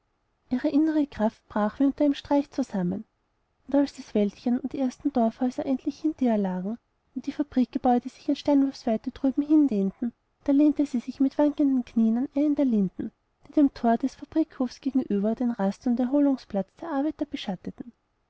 ihre innere kraft brach wie unter einem streich zusammen und als das wäldchen und die ersten dorfhäuser endlich hinter ihr lagen und die fabrikgebäude sich in steinwurfsweite drüben hindehnten da lehnte sie sich mit wankenden knieen an eine der linden die dem thor des fabrikhofes gegenüber den rast und erholungsplatz der arbeiter beschatteten